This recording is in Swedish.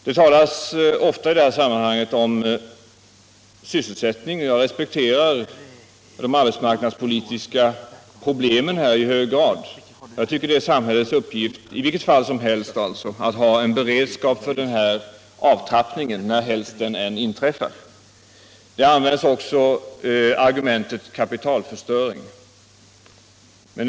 Det talas i det här sammanhanget ofta om sysselsättning, och jag respekterar de arbetsmarknadspolitiska problemen i hög grad. Jag tycker att det i vilket fall som helst är samhällets uppgift att ha en beredskap för avtrappningen, när den än inträffar. Man använder också argumentet kapitalförstöring.